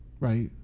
Right